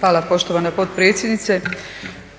Hvala poštovana potpredsjednice.